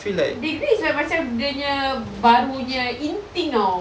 degree is like macam dia punya baru punya in thing [tau]